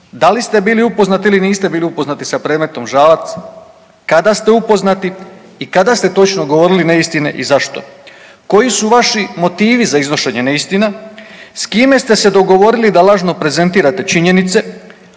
Da li ste bili upoznati ili niste bili upoznati sa predmetom Žalac, kada ste upoznati i kada ste točno govorili neistine i zašto? Koji su vaši motivi za iznošenje neistina? S kime ste se dogovorili da lažno prezentirate činjenice?